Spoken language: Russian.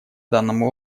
данному